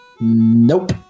Nope